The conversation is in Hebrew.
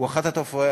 הוא אחת התופעות,